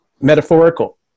metaphorical